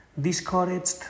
discouraged